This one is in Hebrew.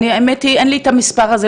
האמת היא שאין לי את המספר הזה,